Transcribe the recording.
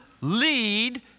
lead